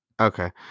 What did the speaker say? Okay